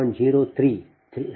0375 ಆಗಿರುತ್ತದೆ